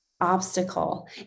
obstacle